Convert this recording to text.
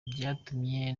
byatumye